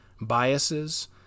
biases